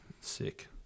Sick